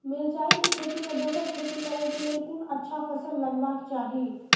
मिरचाई के खेती मे दोसर खेती करे क लेल कोन अच्छा फसल लगवाक चाहिँ?